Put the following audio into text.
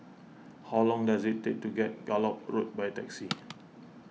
how long does it take to get Gallop Road by taxi